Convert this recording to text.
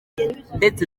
ndetse